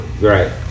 Right